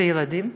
זה ילדים,